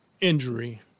injury